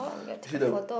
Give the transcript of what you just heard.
see the